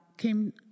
came